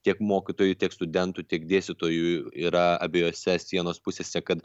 tiek mokytojų tiek studentų tiek dėstytojų yra abiejose sienos pusėse kad